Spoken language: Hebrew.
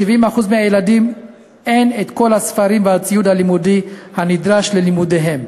ל-70% מהילדים אין את כל הספרים והציוד הלימודי הנדרש ללימודיהם.